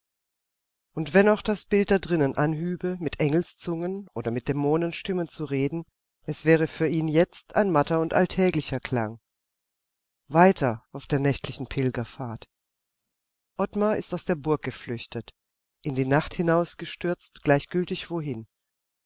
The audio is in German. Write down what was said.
und wenn auch das bild da drinnen anhübe mit engelzungen oder mit dämonenstimmen zu reden es wäre für ihn jetzt ein matter und alltäglicher klang weiter auf der nächtlichen pilgerfahrt ottmar ist aus der burg geflüchtet in die nacht hinausgestürzt gleichgültig wohin